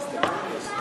איציק,